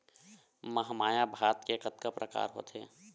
महमाया भात के कतका प्रकार होथे?